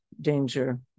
danger